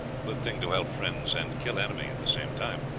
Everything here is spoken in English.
good thing to help friends and kill enemy at the same time.